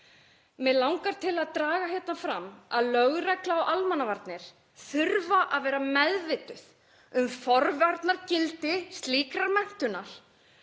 Mig langar að draga það fram að lögregla og almannavarnir þurfa að vera meðvituð um forvarnagildi slíkrar menntunar